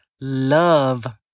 love